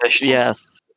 Yes